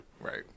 Right